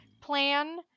plan